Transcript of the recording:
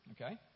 Okay